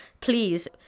please